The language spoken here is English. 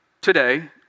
today